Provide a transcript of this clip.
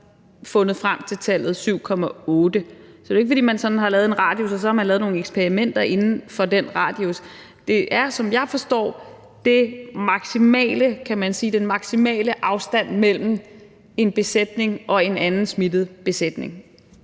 kommet frem til tallet 7,8. Det er jo ikke sådan, at man har fundet frem til den radius, og så har man lavet nogle eksperimenter inden for den radius. Det er, som jeg forstår det, den maksimale afstand, kan man sige, mellem en smittet besætning og en anden smittet besætning;